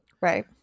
right